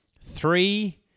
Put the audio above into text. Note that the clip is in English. three